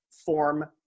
Form